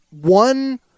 one